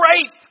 great